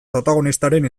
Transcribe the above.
protagonistaren